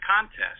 contest